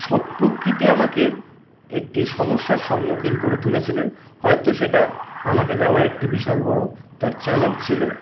প্রকৃতি আমাকে একটি সমস্যার সম্মুখীন করে তুলেছিলেন হয়তো সেটা আমাকে দেওয়া একটি বিশাল বড়ো তার চ্যালেঞ্জ ছিল